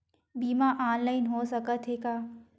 बीमा ऑनलाइन हो सकत हे का?